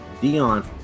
Dion